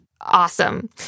Awesome